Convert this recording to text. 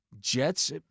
Jets